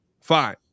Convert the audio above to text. Fine